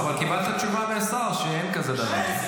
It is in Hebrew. אבל קיבלת תשובה מהשר שאין כזה דבר.